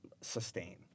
Sustain